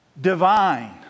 divine